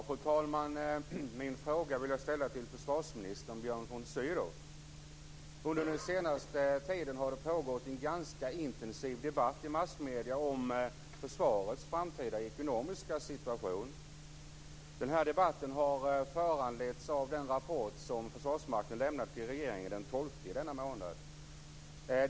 Fru talman! Jag vill ställa min fråga till försvarsminister Björn von Sydow. Under den senaste tiden har det pågått en ganska intensiv debatt i massmedierna om försvarets framtida ekonomiska situation. Denna debatt har föranletts av den rapport som Försvarsmakten lämnade till regeringen den 12 i denna månad.